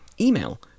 email